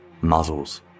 muzzles